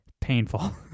painful